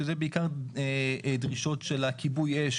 שזה בעיקר דרישות של כיבוי האש,